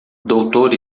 doutor